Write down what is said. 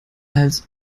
als